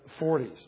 40s